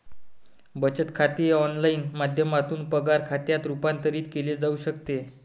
बचत खाते ऑनलाइन माध्यमातून पगार खात्यात रूपांतरित केले जाऊ शकते